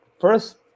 first